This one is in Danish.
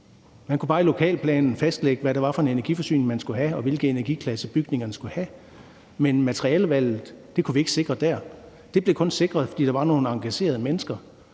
Man kunne bare i lokalplanen fastlægge, hvad det var for en energiforsyning, man skulle have, og hvilke energiklasser bygningerne skulle have, men materialevalget kunne vi ikke sikre dér. Det blev kun sikret, fordi der var nogle engagerede mennesker,